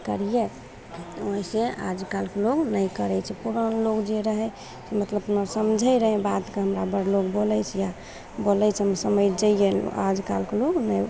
करियै ओइसँ आज कलके लोग नहि करय छै पुरान लोग जे रहय मतलब अपना समझय रहय बातके हमरा बड़ लोग बोलय छै बोलय छै हम समझि जइए आज कलके लोग